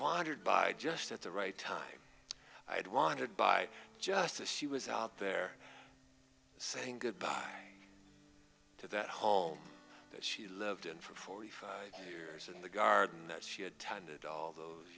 wandered by just at the right time i had wandered by just as she was out there saying goodbye to that home that she lived in for forty five years in the garden that she attended all those